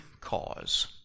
cause